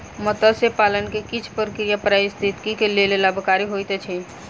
मत्स्य पालन के किछ प्रक्रिया पारिस्थितिकी के लेल लाभकारी होइत अछि